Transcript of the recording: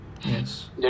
Yes